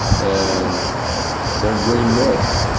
and they're green milk.